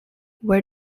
were